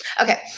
Okay